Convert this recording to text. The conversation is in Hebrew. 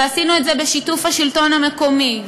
עשינו את זה בשיתוף השלטון המקומי,